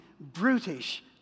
brutish